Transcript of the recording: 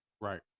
Right